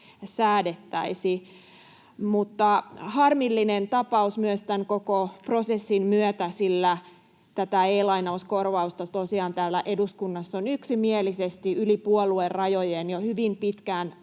säädettäisi. Tämä on harmillinen tapaus myös tämän koko prosessin myötä, sillä tätä e-lainauskorvausta tosiaan täällä eduskunnassa on yksimielisesti yli puoluerajojen jo hyvin pitkään